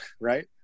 right